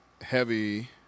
heavy